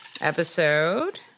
Episode